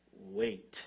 Wait